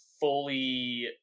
fully